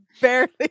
barely